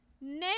name